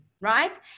right